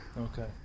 Okay